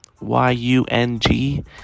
y-u-n-g